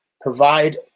provide